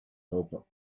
helper